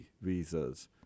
visas